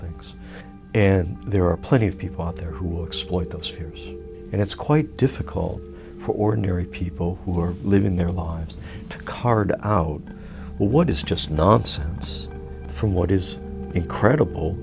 things and there are plenty of people out there who will exploit those fears and it's quite difficult for ordinary people who are living their lives to card out what is just nonsense from what is incredible